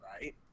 right